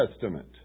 Testament